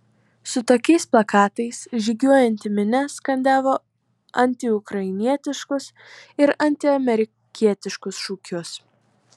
su tokiais plakatais žygiuojanti minia skandavo antiukrainietiškus ir antiamerikietiškus šūkius